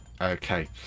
Okay